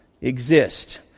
exist